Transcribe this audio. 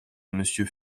monsieur